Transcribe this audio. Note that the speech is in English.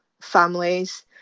families